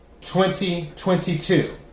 2022